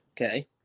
Okay